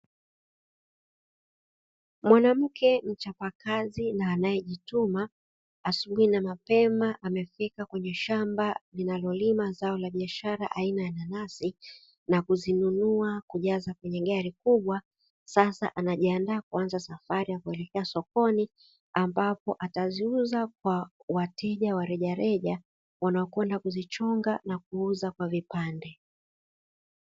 Mwanamke mchapakazi na anayejituma asubuhi na mapema amefika kwenye shamba linalolima zao la biashara aina ya nanasi na kuzinunua kujaza kwenye gari kubwa sasa anajiandaa kuanza safari ya kuelekea sokoni ambapo ataziuza kwa wateja wa rejareja wanaokwenda kuzichonga na kuziuza kwa vipande.